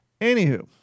Anywho